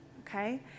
okay